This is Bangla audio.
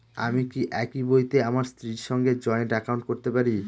আমি কি একই বইতে আমার স্ত্রীর সঙ্গে জয়েন্ট একাউন্ট করতে পারি?